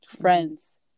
friends